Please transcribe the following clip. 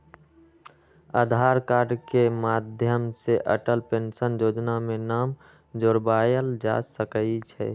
आधार card के माध्यम से अटल पेंशन जोजना में नाम जोरबायल जा सकइ छै